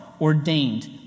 ordained